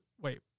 Wait